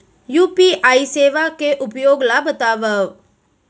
UPI सेवा के उपयोग ल बतावव?